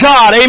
God